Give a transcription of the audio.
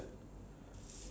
but it turned out